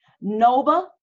Nova